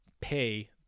pay